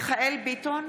מיכאל מרדכי ביטון,